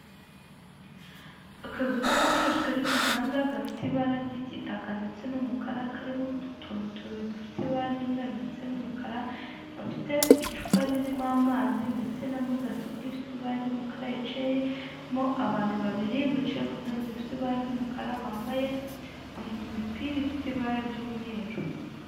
Akazu k'ubucucu kari ku muhanda gafite ibara ry'igitaka ndetse n'umukara kariho ututuntu tubiri dufite ibara ry'umweru ndetse n'umukara gafite icupa ririmo amazi ndetse na mudasobwa ifite iba ry'umukara yicaye mo abantu babiri bicaye ku nte ifite ibara ry'umukara bambaye imipira ifite ibara ry'umweru.